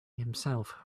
himself